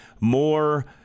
more